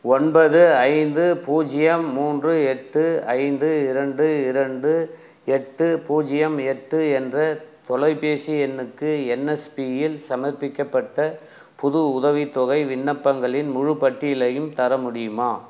ஒன்பது ஐந்து பூஜ்ஜியம் மூன்று எட்டு ஐந்து இரண்டு இரண்டு எட்டு பூஜ்ஜியம் எட்டு என்ற தொலைபேசி எண்ணுக்கு என்எஸ்பியில் சமர்ப்பிக்கப்பட்ட புது உதவித்தொகை விண்ணப்பங்களின் முழுப் பட்டியலையும் தர முடியுமா